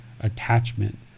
attachment